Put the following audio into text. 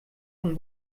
von